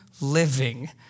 living